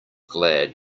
glad